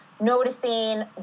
noticing